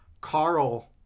Carl